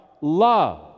love